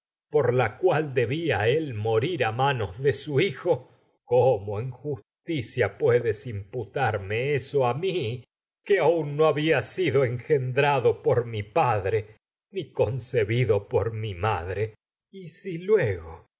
oráculos la cual debía él morir de su hijo cómo aún en justicia puedes imputarme sido eso a mi que conce había engendrado por mi padre ni no bido por y mi madre sino que